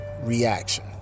reaction